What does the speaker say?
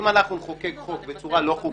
אם נחוקק חוק בצורה לא חוקתית,